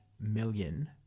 million